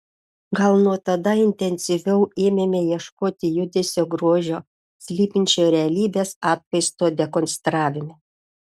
gal nuo tada intensyviau ėmėme ieškoti judesio grožio slypinčio realybės atvaizdo dekonstravime